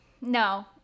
No